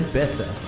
better